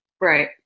right